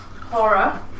horror